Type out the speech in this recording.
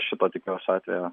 šito tikiuos atvejo